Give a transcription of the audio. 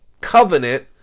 Covenant